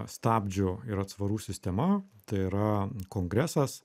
stabdžių ir atsvarų sistema tai yra kongresas